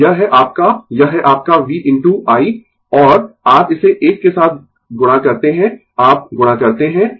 तो यह है आपका यह है आपका v इनटू i और आप इसे एक साथ गुणा करते है आप गुणा करते है